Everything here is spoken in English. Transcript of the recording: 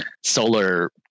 solar